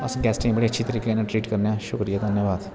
अस गैस्ट गी बड़े अच्छे तरीके कन्नै ट्रीट करने आं शुक्रिया धन्नबाद